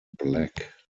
black